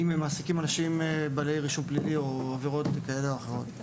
והאם הם מעסיקים אנשים בעלי רישום פלילי או עבירות כאלה ואחרות.